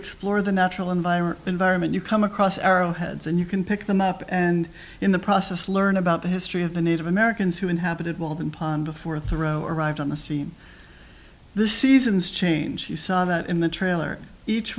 explore the natural environment environment you come across arrowheads and you can pick them up and in the process learn about the history of the native americans who inhabited walden pond before thoreau arrived on the scene the seasons change you saw that in the trailer each